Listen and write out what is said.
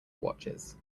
watches